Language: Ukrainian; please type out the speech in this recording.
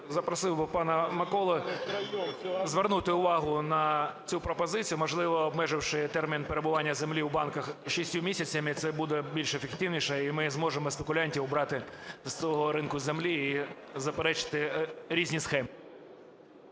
запросив би пана Миколу звернути увагу на цю пропозицію, можливо, обмеживши термін перебування землі у банках 6 місяцями, це буде більш ефективніше, і ми зможемо спекулянтів прибрати з того ринку землі, і заперечити різні схеми.